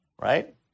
right